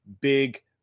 big